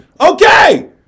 Okay